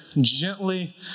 gently